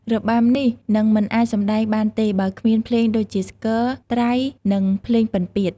របាំនេះនឹងមិនអាចសម្តែងបានទេបើគ្មានភ្លេងដូចជា ស្គរ ត្រៃ និង ភ្លេងពិណពាទ្យ។